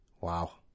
wow